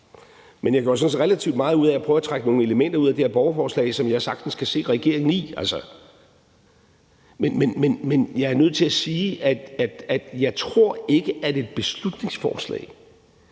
respekt for hvad klokken var, at prøve at trække nogle elementer ud af det her borgerforslag, som jeg sagtens kan se regeringen i. Men jeg er nødt til at sige, at jeg ikke tror, at et beslutningsforslag